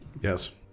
Yes